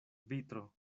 vitro